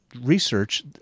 Research